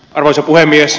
arvoisa puhemies